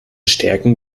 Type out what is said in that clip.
stärken